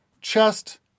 chest